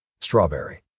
strawberry